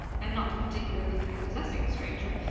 and not a particularly prepossessing stranger.